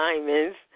diamonds